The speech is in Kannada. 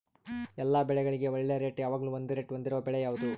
ಎಲ್ಲ ಬೆಳೆಗಳಿಗೆ ಒಳ್ಳೆ ರೇಟ್ ಯಾವಾಗ್ಲೂ ಒಂದೇ ರೇಟ್ ಹೊಂದಿರುವ ಬೆಳೆ ಯಾವುದು?